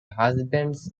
husbands